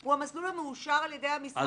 הוא המסלול המאושר על ידי המשרד בהתאם לתקצוב שלו.